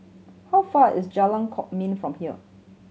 how far is Jalan Kwok Min from here